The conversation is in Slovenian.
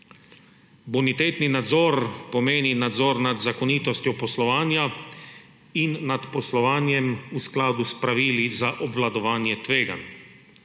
Bonitetni nadzor pomeni nadzor nad zakonitostjo poslovanja in nad poslovanjem v skladu s pravili za obvladovanje tveganj.